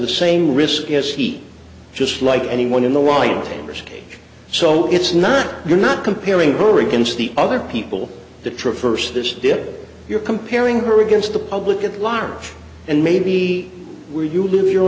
the same risk is he just like anyone in the white or city so it's not you're not comparing her against the other people to traverse this did you're comparing her against the public at large and may be where you live your